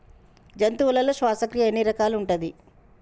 జంతువులలో శ్వాసక్రియ ఎన్ని రకాలు ఉంటది?